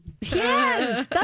Yes